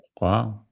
Wow